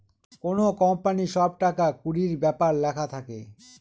কোনো কোম্পানির সব টাকা কুড়ির ব্যাপার লেখা থাকে